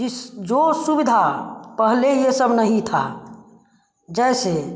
जिस जो सुविधा पहले यह सब नहीं था जैसे